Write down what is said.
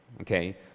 okay